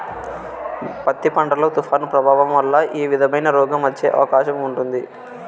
పత్తి పంట లో, తుఫాను ప్రభావం వల్ల ఏ విధమైన రోగం వచ్చే అవకాశం ఉంటుంది?